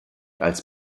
als